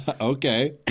Okay